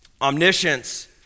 omniscience